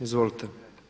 Izvolite.